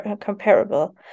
comparable